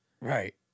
Right